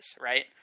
right